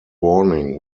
warning